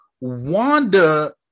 Wanda